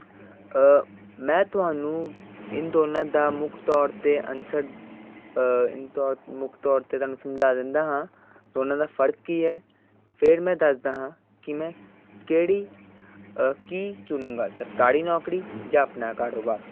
ਮੈਂ ਤੁਹਾਨੂੰ ਇਹ ਦੋਨਾਂ ਦਾ ਮੁੱਖ ਤੌਰ 'ਤੇ ਅਨਸਰ ਤੋ ਮੁੱਖ ਤੌਰ 'ਤੇ ਤੁਹਾਨੂੰ ਸਮਝਾ ਦਿੰਦਾ ਹਾਂ ਦੋਨਾਂ ਦਾ ਫਰਕ ਕੀ ਹੈ ਫਿਰ ਮੈਂ ਦੱਸਦਾ ਹਾਂ ਕਿ ਮੈਂ ਕਿਹੜੀ ਕੀ ਚੁਣਾਂਗਾ ਸਰਕਾਰੀ ਨੌਕਰੀ ਜਾਂ ਆਪਣਾ ਕਾੜੋਬਾੜ